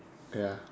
ya